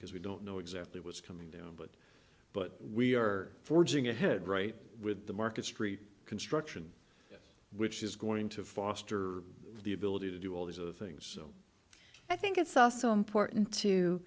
because we don't know exactly what's coming down but but we are forging ahead right with the market street construction which is going to foster the ability to do all these of things so i think it's also important to